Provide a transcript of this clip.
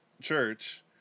church